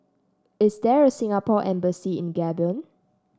is there a Singapore Embassy in Gabon